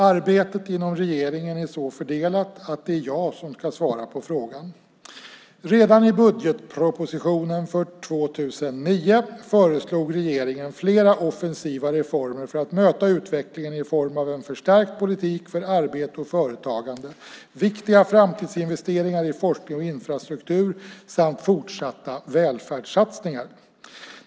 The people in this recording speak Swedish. Arbetet inom regeringen är så fördelat att det är jag som ska svara på frågan. Redan i budgetpropositionen för 2009 föreslog regeringen flera offensiva reformer för att möta utvecklingen i form av en förstärkt politik för arbete och företagande, viktiga framtidsinvesteringar i forskning och infrastruktur samt fortsatta välfärdssatsningar.